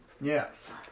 Yes